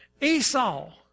Esau